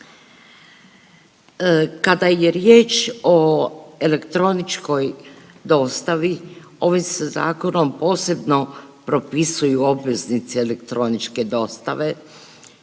Kada je riječ o elektroničkoj dostavi ovim se zakonom posebno propisuju obveznici elektroničke dostave.